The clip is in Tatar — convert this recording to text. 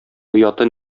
ояты